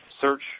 search